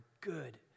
good